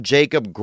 Jacob